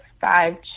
five